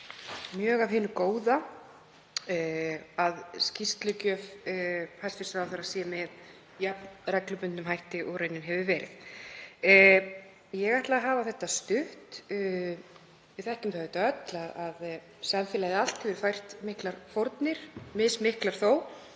mjög af hinu góða að skýrslugjöf hæstv. ráðherra sé með jafn reglubundnum hætti og raunin hefur verið. Ég ætla að hafa þetta stutt. Við þekkjum það öll að samfélagið allt hefur fært miklar fórnir, mismiklar þó.